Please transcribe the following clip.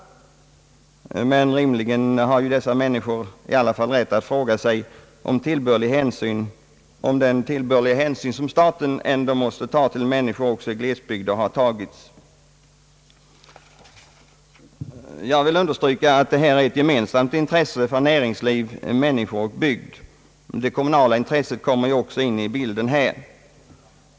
Men rimligen har ju också dessa människor rätt att fråga sig om den tillbörliga hänsyn har tagits som staten ändå måste ta till människor även i glesbygder. Jag vill understryka att detta är ett gemensamt intresse för näringsliv, människor och bygd. Det kommunala intresset kommer också in i bilden.